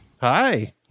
Hi